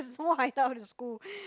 small hideout in school